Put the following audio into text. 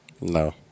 No